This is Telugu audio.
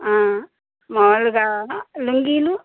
మాములుగా లుంగీలు